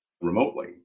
remotely